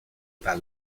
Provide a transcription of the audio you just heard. par